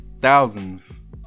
thousands